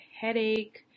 headache